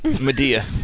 Medea